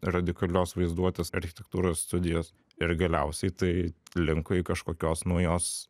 radikalios vaizduotės architektūros studijos ir galiausiai tai linko į kažkokios naujos